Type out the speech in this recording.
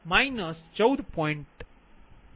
55